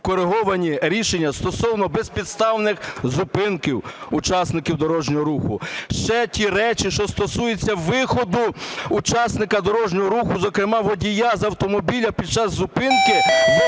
відкориговані рішення стосовно безпідставних зупинок учасників дорожнього руху, ще ті речі, що стосуються виходу учасника дорожнього руху, зокрема водія, з автомобіля під час зупинки,